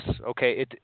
okay